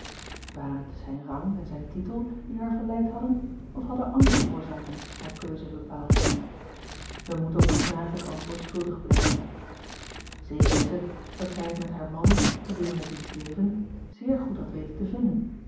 waren het zijn rang en zijn titel die haar verleid hadden of hadden andere oorzaken haar keuze bepaald wij moeten op die vraag het antwoord schuldig blijven zeker is het dat zij het met haar man gedurende diens leven zeer goed had weten te vinden